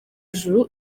ijuru